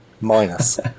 minus